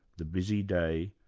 the busy day,